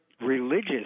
religious